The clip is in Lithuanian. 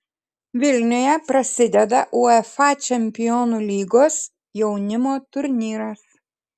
vilniuje prasideda uefa čempionų lygos jaunimo turnyras